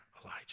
Elijah